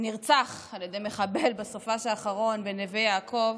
נרצח על ידי מחבל בסופ"ש האחרון בנווה יעקב,